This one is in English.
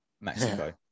Mexico